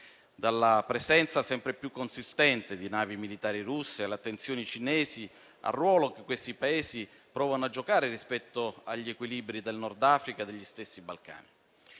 dalla presenza sempre più consistente di navi militari russe alle attenzioni cinesi, al ruolo che questi Paesi provano a giocare rispetto agli equilibri del Nord Africa e degli stessi Balcani.